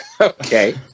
Okay